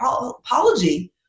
apology